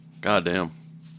Goddamn